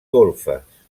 golfes